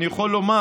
אני יכול לומר: